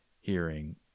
hearing